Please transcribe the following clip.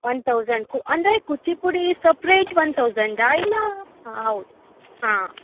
one thousand ಕು ಅಂದರೆ Kuchipudi separate one thousand ಇಲ್ಲ ಹೌದು ಹಾಂ